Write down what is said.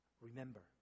Remember